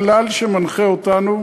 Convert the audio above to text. הכלל שמנחה אותנו,